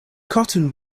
cotton